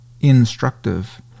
instructive